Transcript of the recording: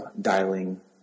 dialing